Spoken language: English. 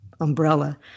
umbrella